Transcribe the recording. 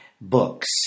books